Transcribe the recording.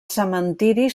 cementiri